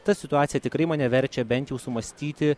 ta situacija tikrai mane verčia bent jau sumąstyti